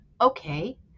okay